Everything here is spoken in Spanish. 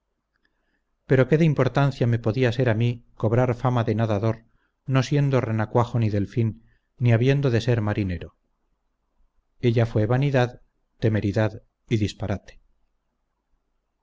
pero de qué importancia me podía ser a mí cobrar fama de nadador no siendo renacuajo ni delfín ni habiendo de ser marinero ella fue vanidad temeridad y disparate